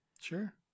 Sure